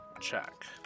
check